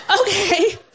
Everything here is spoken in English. okay